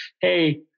hey